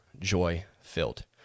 joy-filled